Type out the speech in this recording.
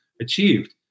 achieved